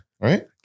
Right